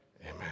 Amen